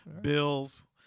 Bills